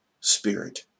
Spirit